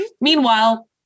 Meanwhile